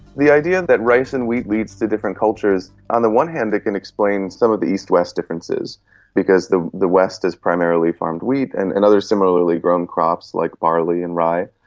the idea that rice and wheat leads to different cultures, on the one hand it can explain some of the east-west differences because the the west has primarily farmed wheat and and other similarly grown crops like barley and rye,